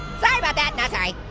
sorry about that, that's alright.